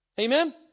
Amen